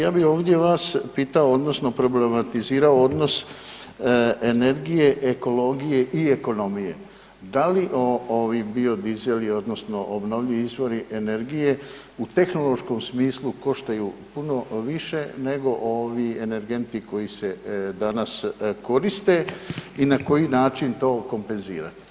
Ja bih ovdje vas pitao odnosno problematizirao odnos energije, ekologije i ekonomije, da li ovi biodizeli odnosno obnovljivi izvori energije u tehnološkom smislu koštaju puno više nego ovi energenti koji se danas koriste i na koji način to kompenzirati?